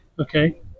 Okay